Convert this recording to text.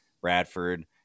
Bradford